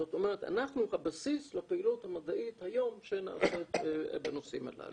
זאת אומרת אנחנו הבסיס לפעילות המדעית היום שנעשית בנושאים הללו.